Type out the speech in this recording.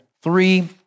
three